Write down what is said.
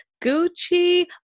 Gucci